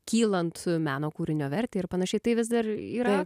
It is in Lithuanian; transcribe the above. kylant meno kūrinio vertei ir panašiai tai vis dar yra